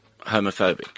Homophobic